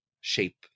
shape